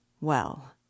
Well